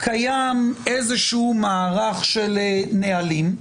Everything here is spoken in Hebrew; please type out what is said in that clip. קיים איזשהו מערך של נהלים,